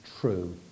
true